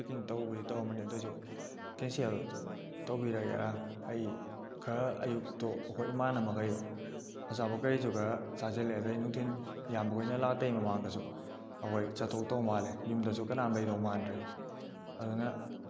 packing ꯇꯧꯕꯨꯗꯤ ꯇꯧꯔꯝꯃꯅꯤ ꯑꯗꯨꯏꯁꯨ ꯀꯦꯟꯁꯦꯜ ꯇꯧꯕꯤꯔꯒꯦꯔꯥ ꯑꯩ ꯈꯔ ꯑꯌꯨꯛꯇꯣ ꯑꯩꯈꯣꯏ ꯏꯃꯥꯟꯅꯕꯃꯈꯩꯗꯣ ꯑꯆꯥꯄꯣꯠ ꯀꯔꯤꯁꯨ ꯈꯔ ꯆꯥꯁꯤꯜꯂꯦ ꯑꯗꯨꯗꯩ ꯅꯨꯡꯊꯤꯟ ꯏꯌꯥꯝꯕꯈꯣꯏꯅ ꯂꯥꯛꯇꯩ ꯃꯃꯥꯡꯗꯁꯨ ꯑꯩꯈꯣꯏ ꯆꯠꯊꯣꯛꯇꯧ ꯃꯥꯜꯂꯦ ꯌꯨꯝꯗꯁꯨ ꯀꯅꯥꯝ ꯂꯩꯗꯧ ꯃꯥꯟꯗ꯭ꯔꯦ ꯑꯗꯨꯅ